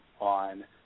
on